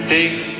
Take